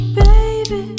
baby